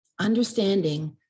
understanding